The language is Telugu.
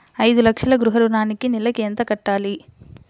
ఐదు లక్షల గృహ ఋణానికి నెలకి ఎంత కట్టాలి?